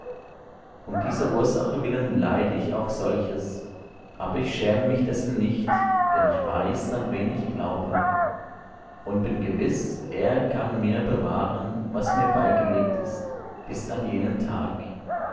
um dieser ursache willen leide ich auch solches aber ich schäme mich dessen nicht denn ich weiß an wen ich glaube und bin gewiß er kann mir bewahren was mir beigelegt ist bis an jenen tag